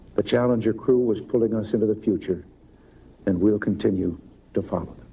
the challenger crew was pulling us into the future and we'll continue to follow.